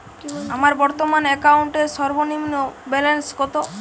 আমার বর্তমান অ্যাকাউন্টের সর্বনিম্ন ব্যালেন্স কত?